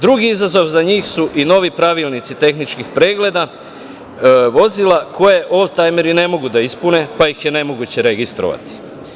Drugi izazov za njih su i novi pravilnici tehničkih pregleda vozila koja oldtajmeri ne mogu da ispune, pa ih je nemoguće registrovati.